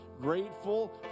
grateful